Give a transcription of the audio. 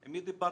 עם מי דיברת